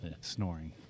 snoring